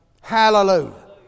Hallelujah